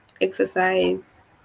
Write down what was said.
exercise